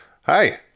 Hi